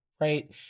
right